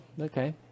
Okay